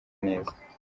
neza